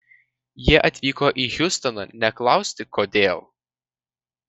jie atvyko į hjustoną ne klausti kodėl